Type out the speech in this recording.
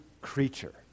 creature